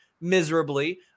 miserably